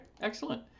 excellent